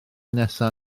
nesaf